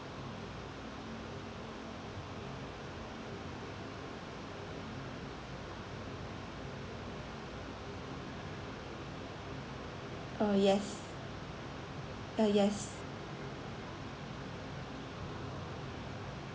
uh yes yes